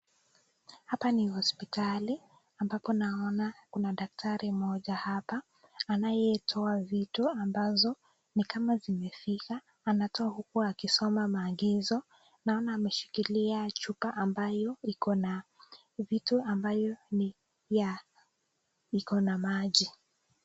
Hapa ni hospitali, ambapo naona kuna daktari mmoja hapa, anayetoa vitu ambazo ni kama zime [] anatoa huku akisoma maagizo naona ameshikilia chupa ambayo ikona vitu ambayo ni ya iko na maji.